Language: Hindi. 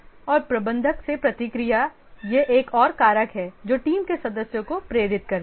और प्रबंधक से प्रतिक्रिया यह एक और कारक है जो टीम के सदस्यों को प्रेरित करता है